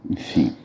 Enfim